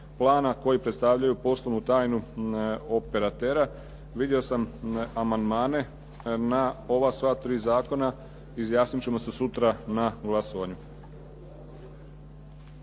plana koji predstavljaju poslovnu tajnu operatera. Vidio sam amandmane na ova sva tri zakona, izjasnit ćemo se sutra na glasovanju.